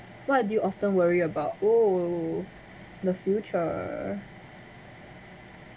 what do you often worry about oh the future